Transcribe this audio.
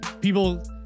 People